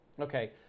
Okay